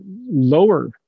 lower